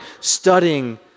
studying